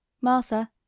Martha